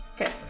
Okay